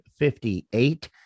58